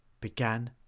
began